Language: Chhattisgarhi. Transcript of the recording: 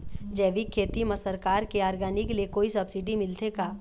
जैविक खेती म सरकार के ऑर्गेनिक ले कोई सब्सिडी मिलथे का?